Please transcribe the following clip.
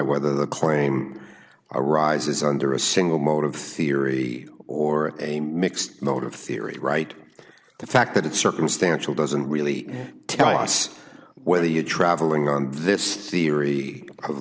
whether the claim arises under a single motive theory or a mixed motive theory right the fact that it's circumstantial doesn't really tell us whether you're traveling on this theory of